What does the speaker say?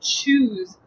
choose